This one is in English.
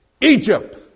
Egypt